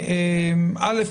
א',